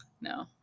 no